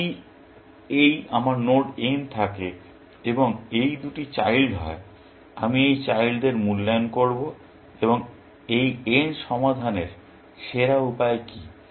যদি এই আমার নোড n থাকে এবং এই দুটি চাইল্ড হয় আমি এই চাইল্ডদের মূল্যায়ন করব এবং এই n সমাধানের সেরা উপায় কি